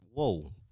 Whoa